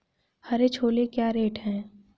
हरे छोले क्या रेट हैं?